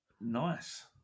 Nice